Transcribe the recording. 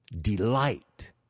delight